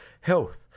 health